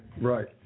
Right